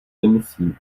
nemusím